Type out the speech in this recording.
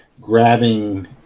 grabbing